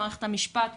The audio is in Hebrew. מערכת המשפט,